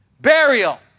Burial